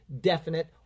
definite